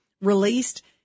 released